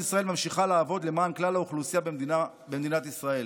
ממשלת ישראל ממשיכה לעבוד למען כלל האוכלוסייה במדינת ישראל.